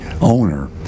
owner